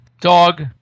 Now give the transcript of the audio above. dog